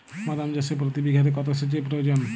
বাদাম চাষে প্রতি বিঘাতে কত সেচের প্রয়োজন?